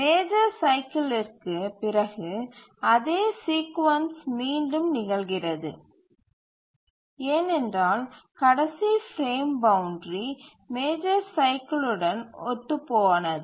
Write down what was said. major சைக்கிலிற்கு பிறகு அதே சீக்குவன்ஸ் மீண்டும் நிகழ்கிறது ஏனென்றால் கடைசி பிரேம் பவுண்ட்றி மேஜர் சைக்கில் உடன் ஒத்துப்போனது